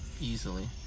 easily